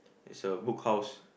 it's a Book House